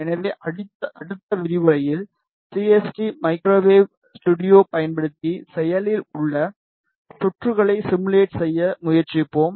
எனவே அடுத்த விரிவுரையில் சிஎஸ்டி மைக்ரோவேவ் ஸ்டுடியோவைப் பயன்படுத்தி செயலில் உள்ள சுற்றுகளை சிமுலேட் செய்ய முயற்சிப்போம்